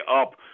up